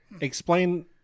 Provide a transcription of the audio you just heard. explain